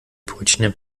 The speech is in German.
brötchen